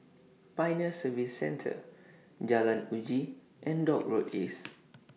Pioneer Service Centre Jalan Uji and Dock Road East